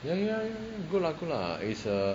ya ya ya ya good lah good lah it's a